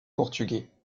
portugais